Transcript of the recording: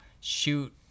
shoot